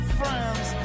friends